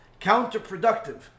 counterproductive